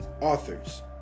authors